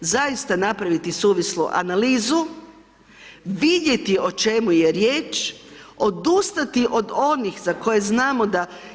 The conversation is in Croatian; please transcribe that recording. Zaista napraviti suvislu analizu, vidjeti o čemu je riječ, odustati od onih za koje znamo da.